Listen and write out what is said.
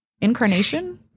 incarnation